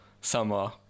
summer